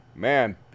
Man